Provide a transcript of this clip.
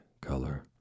color